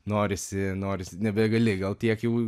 norisi noris nebegali gal tiek jau